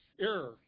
error